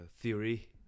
theory